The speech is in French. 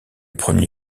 premier